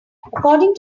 according